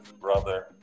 brother